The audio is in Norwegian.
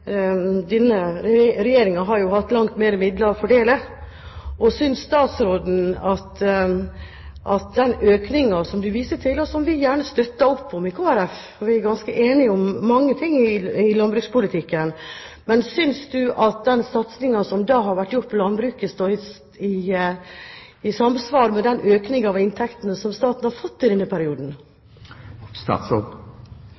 denne regjeringen har hatt langt flere midler å fordele. Synes statsråden at den økningen som han viser til, og den satsingen som da har vært gjort i landbruket, som vi gjerne støtter opp om i Kristelig Folkeparti – vi er ganske enige om mange ting i landbrukspolitikken – står i samsvar med den økningen av inntektene som staten har fått i denne